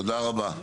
תודה רבה.